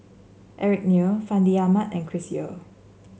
Eric Neo Fandi Ahmad and Chris Yeo